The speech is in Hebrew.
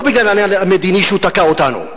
לא בגלל העניין המדיני, שהוא תקע אותנו,